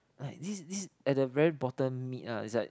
like this this at the very bottom meat lah is like